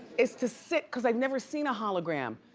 is to sit, cause i've never seen a hologram.